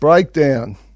Breakdown